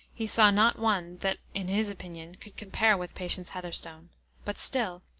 he saw not one that, in his opinion, could compare with patience heatherstone but still,